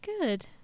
good